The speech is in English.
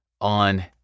on